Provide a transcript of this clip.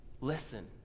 Listen